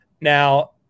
Now